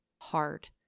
Hard